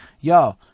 Yo